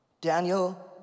Daniel